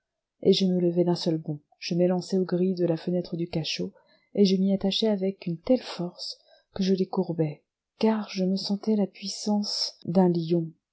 et je me levai d'un seul bond je m'élançai aux grilles de la fenêtre du cachot et je m'y attachai avec une telle force que je les courbai car je me sentais la puissance d'un lion